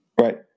Right